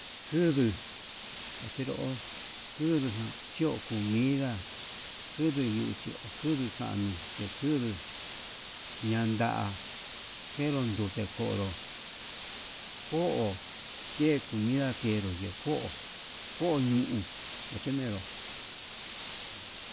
Kunbuu ndachenro kunbuu ján chio comida kinbuu lucho'o kunbuu njanuu, ñakubuu yanda'a kenro ndute konró ko'o ke comida ke'e kenro yee ko'o, ko'o ñuun ndachimero.